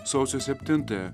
sausio septintąją